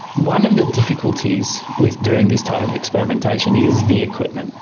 one of the difficulties with doing this type of experimentation is the equipment.